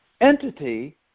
entity